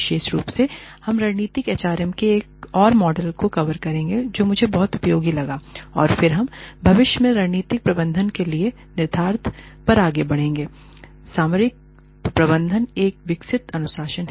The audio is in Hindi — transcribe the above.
विशेष रूप से हम रणनीतिक एचआरएम के एक और मॉडल को कवर करेंगे जो मुझे बहुत उपयोगी लगा और फिर हम भविष्य में रणनीतिक प्रबंधन के लिए निहितार्थ पर आगे बढ़ेंगे l सामरिक प्रबंधन एक विकसित अनुशासन है